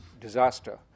disaster